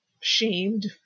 shamed